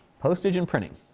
postage and printing.